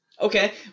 Okay